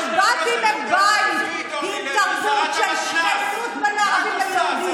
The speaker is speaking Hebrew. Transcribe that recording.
אני באתי מבית של שכנות בין ערבים ליהודים.